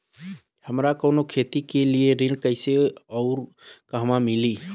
हमरा कवनो खेती के लिये ऋण कइसे अउर कहवा मिली?